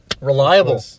Reliable